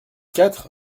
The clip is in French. quatre